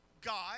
God